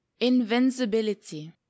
invincibility